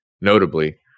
Notably